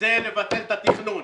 זה לבטל את התכנון.